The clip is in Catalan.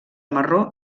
marró